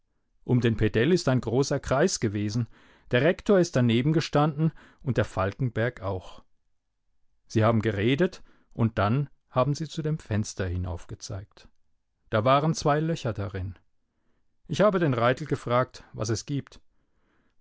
um den pedell ist ein großer kreis gewesen der rektor ist daneben gestanden und der falkenberg auch sie haben geredet und dann haben sie zu dem fenster hinaufgezeigt da waren zwei löcher darin ich habe den raithel gefragt was es gibt